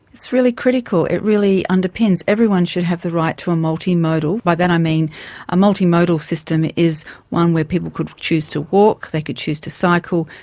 it's really critical, it really underpins, everyone should have the right to a multimodal, by that i mean a multimodal system is one where people could choose to walk, they could choose to cycle,